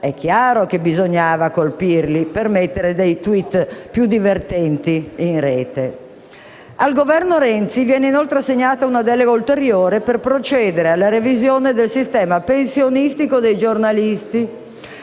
è chiaro che bisognava colpirli per mettere dei *tweet* più divertenti in rete. Al Governo Renzi viene, inoltre, assegnata una delega ulteriore per procedere alla revisione del sistema pensionistico dei giornalisti,